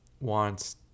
wants